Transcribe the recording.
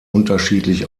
unterschiedlich